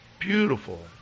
beautiful